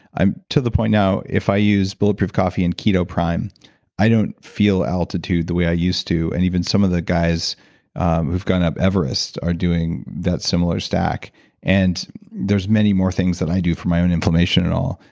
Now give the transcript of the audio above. i'm to the point now if i use bulletproof coffee and ketoprime i don't feel altitude the way i used to and even some of the guys who've gone up everest are doing that similar stock and there's many more things that i do for my own inflammation at all.